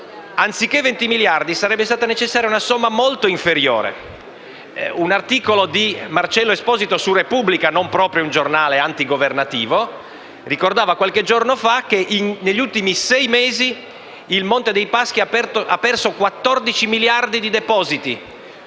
anziché 20 miliardi di euro sarebbe stata necessaria una somma molto inferiore. Un articolo di Marcello Esposito su «la Repubblica», non proprio un giornale antigovernativo, ricordava qualche giorno fa che, negli ultimi sei mesi, il Monte dei Paschi ha perso 14 miliardi di depositi,